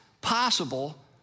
possible